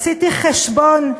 עשיתי חשבון,